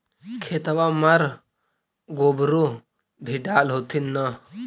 खेतबा मर गोबरो भी डाल होथिन न?